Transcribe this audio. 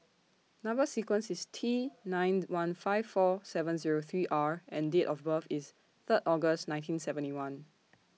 Number sequence IS T nine one five four seven Zero three R and Date of birth IS Third August nineteen seventy one